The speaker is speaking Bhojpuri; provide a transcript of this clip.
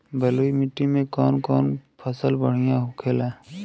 बलुई मिट्टी में कौन कौन फसल बढ़ियां होखेला?